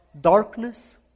darkness